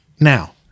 Now